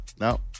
no